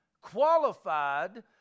qualified